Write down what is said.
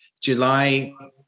July